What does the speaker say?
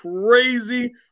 crazy